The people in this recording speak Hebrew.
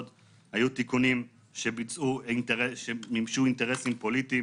היו תיקונים שמימשו אינטרסים פוליטיים